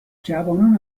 جوانان